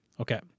Okay